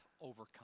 overcome